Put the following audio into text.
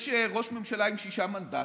יש ראש ממשלה עם שישה מנדטים.